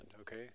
okay